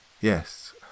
Yes